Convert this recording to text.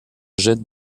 jette